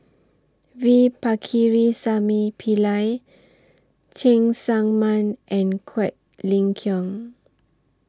V Pakirisamy Pillai Cheng Tsang Man and Quek Ling Kiong